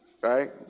right